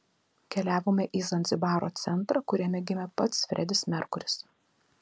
keliavome į zanzibaro centrą kuriame gimė pats fredis merkuris